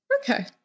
Okay